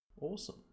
awesome